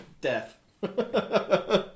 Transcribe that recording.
Death